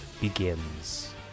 begins